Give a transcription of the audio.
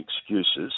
excuses